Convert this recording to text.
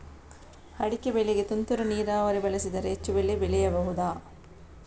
ಅಡಿಕೆ ಬೆಳೆಗೆ ತುಂತುರು ನೀರಾವರಿ ಬಳಸಿದರೆ ಹೆಚ್ಚು ಬೆಳೆ ಬೆಳೆಯಬಹುದಾ?